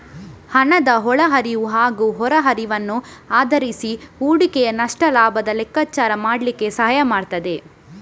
ಹಣದ ಒಳ ಹರಿವು ಹಾಗೂ ಹೊರ ಹರಿವನ್ನು ಆಧರಿಸಿ ಹೂಡಿಕೆಯ ನಷ್ಟ ಲಾಭದ ಲೆಕ್ಕಾಚಾರ ಮಾಡ್ಲಿಕ್ಕೆ ಸಹಾಯ ಮಾಡ್ತದೆ